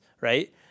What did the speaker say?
right